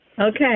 Okay